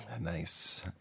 Nice